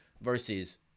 versus